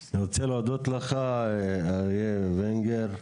אני רוצה להודות לך אריה ונגר,